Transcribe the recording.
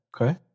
okay